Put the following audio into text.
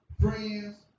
friends